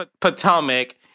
Potomac